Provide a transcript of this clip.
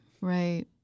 Right